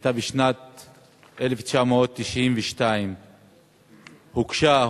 היתה בשנת 1992. הוגשה,